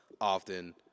often